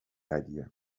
idea